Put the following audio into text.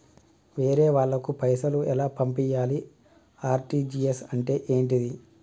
వేరే వాళ్ళకు పైసలు ఎలా పంపియ్యాలి? ఆర్.టి.జి.ఎస్ అంటే ఏంటిది?